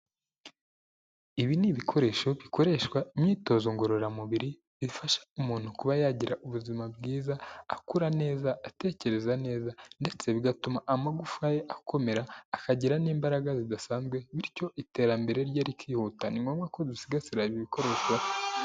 Ibi ni ibikoresho bikoreshwa imyitozo ngororamubiri ifasha umuntu kuba yagira ubuzima bwiza, akura neza, atekereza neza, ndetse bigatuma amagufaye akomera akagira n'imbaraga zidasanzwe bityo iterambere rye rikihuta. Ni ngombwa ko dusigasira ibi bikoresho.